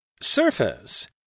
Surface